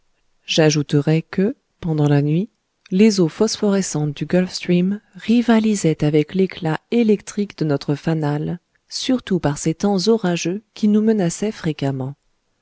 j'ajouterai que pendant la nuit les eaux phosphorescentes du gulf stream rivalisaient avec l'éclat électrique de notre fanal surtout par ces temps orageux qui nous menaçaient fréquemment